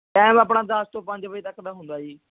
time ਆਪਣਾ ਦਸ ਤੋਂ ਪੰਜ ਵਜੇ ਤੱਕ ਦਾ ਹੁੰਦਾ ਜੀ